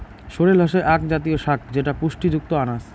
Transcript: sorrel হসে আক জাতীয় শাক যেটা পুষ্টিযুক্ত আনাজ